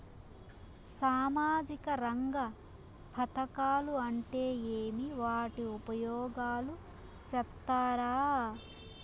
సామాజిక రంగ పథకాలు అంటే ఏమి? వాటి ఉపయోగాలు సెప్తారా?